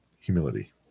humility